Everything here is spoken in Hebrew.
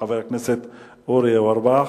חבר הכנסת אורי אורבך.